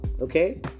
okay